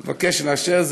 אני מבקש לאשר.